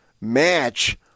match